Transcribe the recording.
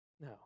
No